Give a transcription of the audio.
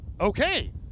okay